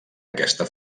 aquesta